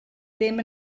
ddim